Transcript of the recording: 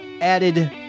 added